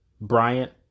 Bryant